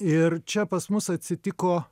ir čia pas mus atsitiko